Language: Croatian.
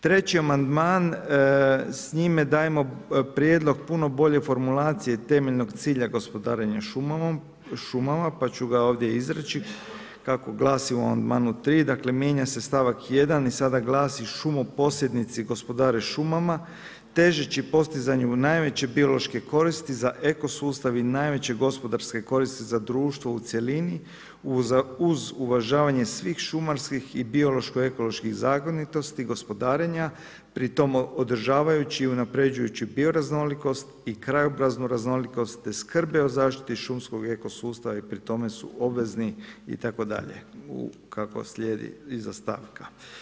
Treći amandman s njime dajemo prijedlog puno bolje formulacije temeljnog cilja gospodarenja šumama, pa ću ga ovdje izreći kako glasi u amandmanu tri, dakle mijenja se stavak 1 i sada glasi šumoposjednici gospodare šumama, težeći postizanjem u najveće biološke koristi za ekosustav i najveće gospodarske koristi za društvo u cjelini uz uvažavanje svih šumarskih i biološko ekoloških zakonitosti gospodarenja, pri tome održavajući i unapređujući bioraznolikost i krajobraznu raznolikost, te skrbi o zaštiti šumskog i eko sustava i pri tome su obvezni itd. kako slijedi iza stavka.